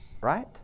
right